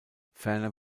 ferner